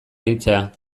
deitzea